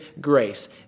grace